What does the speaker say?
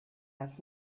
das